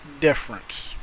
difference